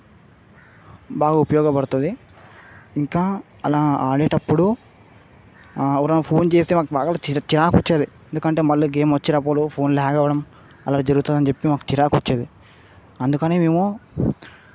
బాగా ఉపయోగపడుతుంది ఇంకా అలా ఆడేటప్పుడు ఎవరయినా ఫోన్ చేస్తే మాకు బాగా చి చిరాకొచ్చేది ఎందుకంటే మళ్ళీ గేమ్ వచ్చేటప్పుడు ఫోన్ ల్యాగ్ అవ్వడం అలా జరుగుతుందని చెప్పి మాకు చిరాకొచ్చేది అందుకనే మేము